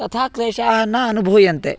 तथा क्लेशाः न अनुभूयन्ते